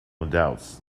adults